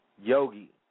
Yogi